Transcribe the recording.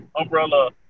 umbrella